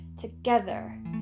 together